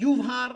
יובהר,